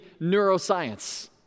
neuroscience